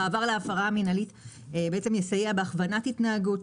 המעבר להפרה מינהלית יסייע בהכוונת התנהגות,